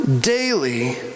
daily